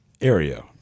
area